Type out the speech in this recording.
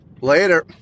Later